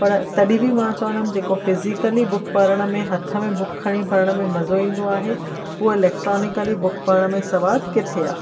पर तॾहिं बि मां चवंदमि जेको फिज़िकली बुक पढ़ण में हथ में बुक खणी पढ़ण में मज़ो ईंदो आहे उहा इलेक्ट्रॉनिकली बुक पढ़ण में सवादु किथे आहे